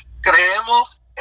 creemos